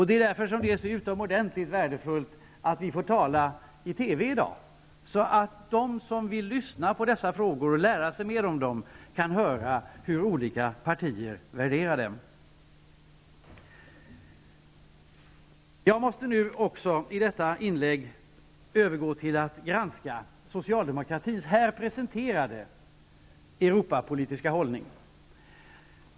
Det är därför utomordentligt värdefullt att vi får tala i TV i dag, så att de som vill lyssna och lära sig mer om dessa frågor kan höra hur olika partier värderar dem. Jag måste också i detta inlägg övergå till att granska socialdemokratins här presenterade Europapolitiska hållning.